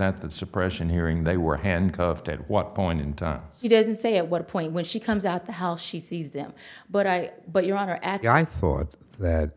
at the suppression hearing they were handcuffed at what point in time she didn't say at what point when she comes out the hell she sees them but i but your honor at the i thought that